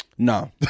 no